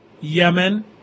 Yemen